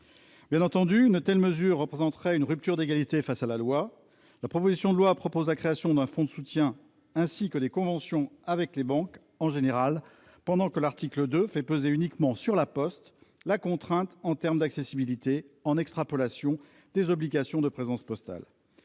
Bien entendu, une telle mesure représenterait une rupture d'égalité face à la loi. La proposition de loi propose la création d'un fonds de soutien, ainsi que des conventions avec les banques en général, pendant que l'article 2 fait peser uniquement sur La Poste la contrainte en termes d'accessibilité, en extrapolation des obligations de présence postale.